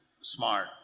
smart